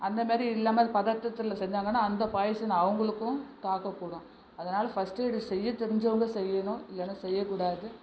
அந்த மாரி இல்லாமல் பதற்றத்தில் செஞ்சாங்கன்னா அந்த பாய்சன் அவங்களுக்கும் தாக்கக்கூடும் அதனால் ஃபஸ்ட்எட்டு செய்யத் தெரிஞ்சவங்க செய்யணும் இல்லைனா செய்யக்கூடாது